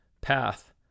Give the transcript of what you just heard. path